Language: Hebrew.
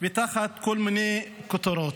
תחת כל מיני כותרות.